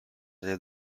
delle